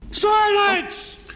Silence